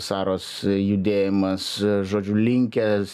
saros judėjimas žodžiu linkęs